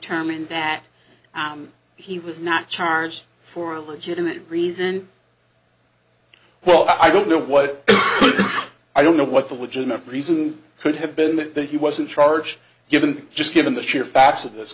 determine that he was not charged for a legitimate reason well i don't know what i don't know what the legitimate reason could have been that he wasn't charged given just given the sheer facts of this